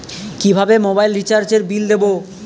কিভাবে মোবাইল রিচার্যএর বিল দেবো?